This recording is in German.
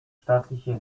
staatliche